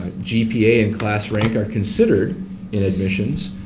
ah gpa and class rank are considered and emissions,